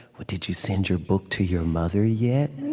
but did you send your book to your mother yet?